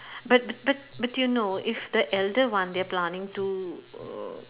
but but but you know if the elder one they're planning to err